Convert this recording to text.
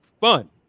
fun